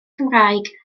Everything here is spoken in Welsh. cymraeg